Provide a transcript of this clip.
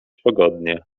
pogodnie